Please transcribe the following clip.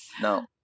No